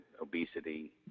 obesity